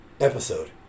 episode